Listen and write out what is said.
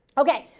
okay.